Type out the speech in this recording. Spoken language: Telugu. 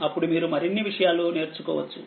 అప్పుడు మీరు మరిన్ని విషయాలు నేర్చుకోవచ్చు